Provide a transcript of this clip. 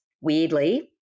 Weirdly